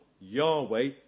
Yahweh